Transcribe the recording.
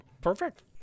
perfect